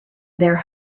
their